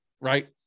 right